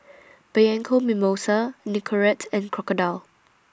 Bianco Mimosa Nicorette and Crocodile